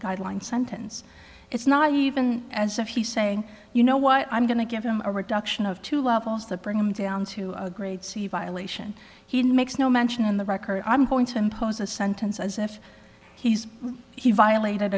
guideline sentence it's not even as if he's saying you know what i'm going to give him a reduction of two levels that bring him down to a grade c violation he makes no mention in the record i'm going to impose a sentence as if he's he violated